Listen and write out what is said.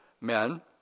men